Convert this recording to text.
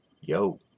Yo